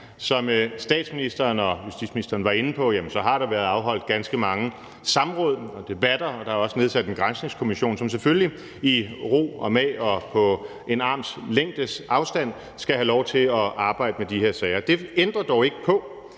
Som statsministeren og justitsministeren var inde på, har der været afholdt ganske mange samråd og debatter, og der er også blevet nedsat en granskningskommission, som selvfølgelig i ro og mag og med en armslængdes afstand skal have lov til at arbejde med de her sager. Det ændrer dog ikke på,